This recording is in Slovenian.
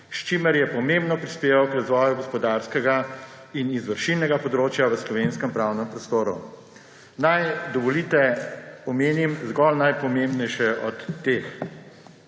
s čimer je pomembno prispeval k razvoju gospodarskega in izvršilnega področja v slovenskem pravnem prostoru. Dovolite, naj omenil zgolj najpomembnejše od teh.